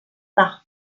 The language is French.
par